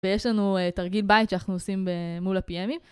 ויש לנו תרגיל בית שאנחנו עושים מול הפי.אמים.